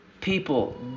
People